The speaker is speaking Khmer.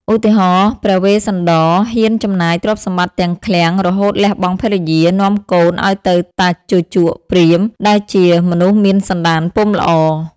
ឧទាហរណ៍ ព្រះវេស្សន្ដរហ៊ានចំណាយទ្រព្យសម្បត្តិទាំងឃ្លាំង រហូតលះបង់ភរិយា និងកូន ឱ្យទៅតាជូជកព្រាហ្មណ៍ ដែលជាមនុស្សមានសន្តានពុំល្អ។